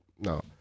No